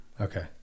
okay